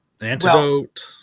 Antidote